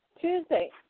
Tuesday